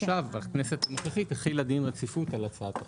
הכנסת הנוכחית החילה דין רציפות על הצעת החוק.